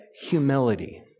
humility